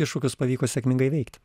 iššūkius pavyko sėkmingai įveikti